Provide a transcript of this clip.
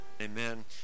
Amen